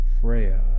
Freya